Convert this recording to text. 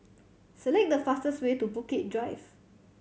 select the fastest way to Bukit Drive